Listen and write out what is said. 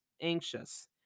anxious